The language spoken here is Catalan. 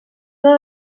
una